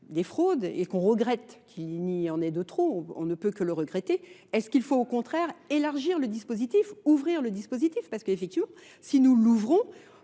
des fraudes et qu'on regrette qu'il n'y en ait de trop, on ne peut que le regretter, est-ce qu'il faut au contraire élargir le dispositif, ouvrir le dispositif ? Parce qu'effectivement, si nous l'ouvrons,